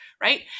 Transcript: Right